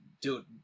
dude